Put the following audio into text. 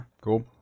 cool